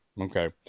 Okay